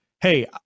hey